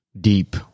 deep